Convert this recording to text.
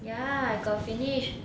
ya got finish